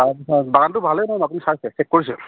বাগানটো ভালেই ন আপুনি চাইছে চেক কৰিছে